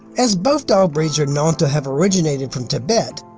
as both dog breeds are known to have originated from tibet,